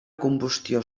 combustió